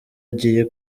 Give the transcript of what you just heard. agiye